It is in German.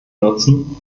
nutzen